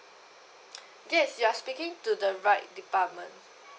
yes you're speaking to the right department